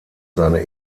seine